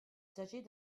s’agit